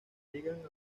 llegan